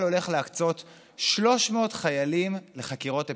הולך להקצות 300 חיילים לחקירות אפידמיולוגיות.